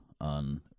on